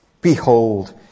Behold